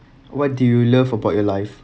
what do you love about your life